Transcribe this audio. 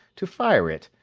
to fire it,